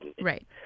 Right